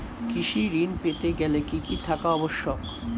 কৃষি ঋণ পেতে গেলে কি কি থাকা আবশ্যক?